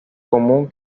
común